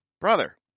brother